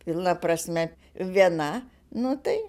pilna prasme viena nu tai